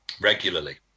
Regularly